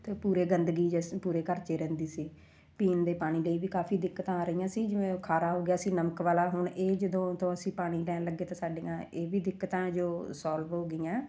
ਅਤੇ ਪੂਰੇ ਗੰਦਗੀ ਜਿਸ ਪੂਰੇ ਘਰ 'ਚ ਰਹਿੰਦੀ ਸੀ ਪੀਣ ਦੇ ਪਾਣੀ ਲਈ ਵੀ ਕਾਫੀ ਦਿੱਕਤਾਂ ਆ ਰਹੀਆਂ ਸੀ ਜਿਵੇਂ ਖਾਰਾ ਹੋ ਗਿਆ ਸੀ ਨਮਕ ਵਾਲਾ ਹੁਣ ਇਹ ਜਦੋਂ ਤੋਂ ਅਸੀਂ ਪਾਣੀ ਲੈਣ ਲੱਗੇ ਤਾਂ ਸਾਡੀਆਂ ਇਹ ਵੀ ਦਿੱਕਤਾਂ ਜੋ ਸੋਲਵ ਹੋ ਗਈਆਂ